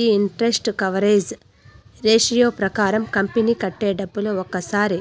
ఈ interest coverage ratio ప్రకారం company కట్టే డబ్బులు ఒక్కసారి